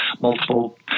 multiple